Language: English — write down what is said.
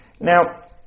Now